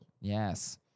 Yes